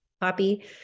Poppy